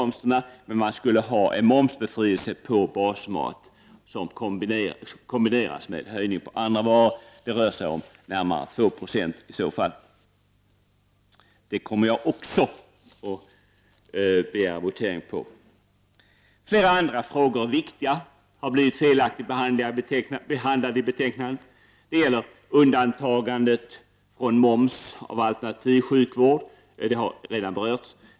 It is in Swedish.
Men man skulle ha en momsbefrielse avseende basmaten, och denna momsbefrielse skulle kombineras med momshöjning på andra varor. Det rör sig om närmare 2 I i sådana fall. Det är också en punkt där jag kommer att begära votering. Flera andra viktiga frågor har blivit felaktigt behandlade i detta betänkande. Det gäller undantagandet från moms beträffande alternativsjukvård; den frågan har redan berörts i debatten.